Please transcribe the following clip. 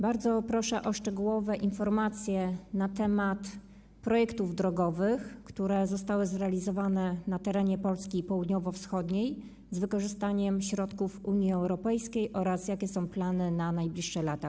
Bardzo proszę o szczegółowe informacje na temat projektów drogowych, które zostały zrealizowane na terenie Polski południowo-wschodniej z wykorzystaniem środków Unii Europejskiej, oraz jakie są plany na najbliższe lata.